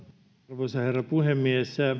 arvoisa herra puhemies